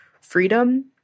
freedom